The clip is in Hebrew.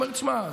הוא אומר: תשמע,